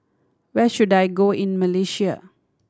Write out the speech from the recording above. where should I go in Malaysia